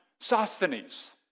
Sosthenes